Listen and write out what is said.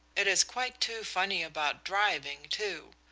it is quite too funny about driving, too.